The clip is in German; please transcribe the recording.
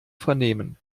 vernehmen